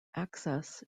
access